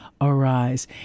Arise